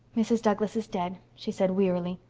mrs. douglas is dead, she said wearily.